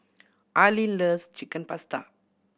Arlene loves Chicken Pasta